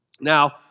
Now